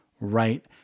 right